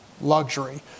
luxury